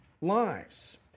lives